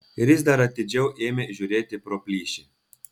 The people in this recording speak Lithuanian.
ir jis dar atidžiau ėmė žiūrėti pro plyšį